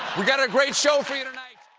we've got a great show for you tonight.